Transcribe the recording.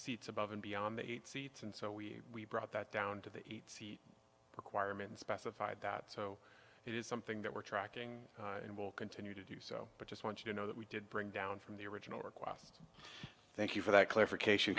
seats above and beyond the eight seats and so we brought that down to the requirements specified that so it is something that we're tracking and will continue to do so but just want you to know that we did bring down from the original request thank you for that clarification